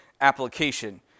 application